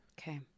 Okay